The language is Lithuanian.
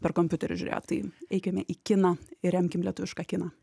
per kompiuterį žiūrėt tai eikime į kiną ir remkim lietuvišką kiną